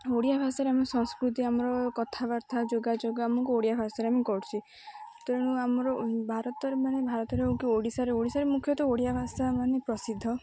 ଓଡ଼ିଆ ଭାଷାରେ ଆମ ସଂସ୍କୃତି ଆମର କଥାବାର୍ତ୍ତା ଯୋଗାଯୋଗ ଆମକୁ ଓଡ଼ିଆ ଭାଷାରେ ଆମେ କରୁଛେ ତେଣୁ ଆମର ଭାରତରେ ମାନେ ଭାରତରେ ହଉ କିି ଓଡ଼ିଶାରେ ଓଡ଼ିଶାରେ ମୁଖ୍ୟତଃ ଓଡ଼ିଆ ଭାଷା ମାନେ ପ୍ରସିଦ୍ଧ